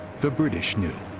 the british knew.